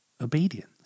obedience